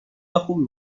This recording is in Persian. خوبی